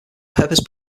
purpose